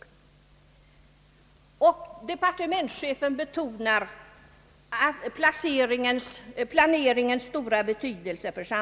Departementschefen betonar samhällsplaneringens stora betydelse.